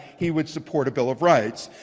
he would support a bill of rights.